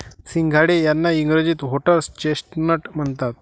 सिंघाडे यांना इंग्रजीत व्होटर्स चेस्टनट म्हणतात